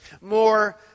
more